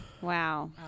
Wow